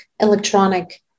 electronic